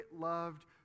loved